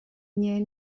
ndiaidh